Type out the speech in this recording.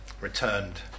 returned